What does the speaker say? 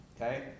Okay